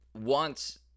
wants